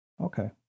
Okay